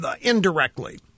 indirectly